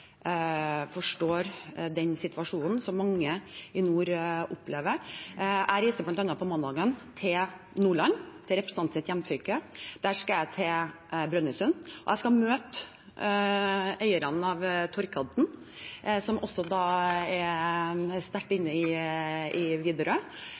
forstår den situasjonen som mange i nord opplever. Jeg reiser på mandag til Nordland, til representantens hjemfylke. Der skal jeg til Brønnøysund, hvor jeg skal møte eierne av Torghatten, som også er sterkt